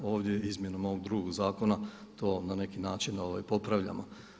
Ovdje izmjenom ovog drugog zakona to na neki način popravljamo.